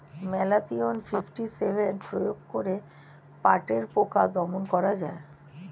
Malathion fifty seven প্রয়োগ করে পাটের পোকা দমন করা যায়?